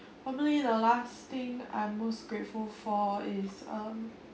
probably the last thing I'm most grateful for is um